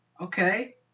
Okay